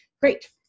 Great